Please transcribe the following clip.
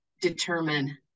determine